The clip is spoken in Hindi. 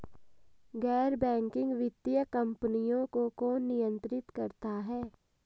गैर बैंकिंग वित्तीय कंपनियों को कौन नियंत्रित करता है?